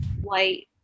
white